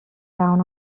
down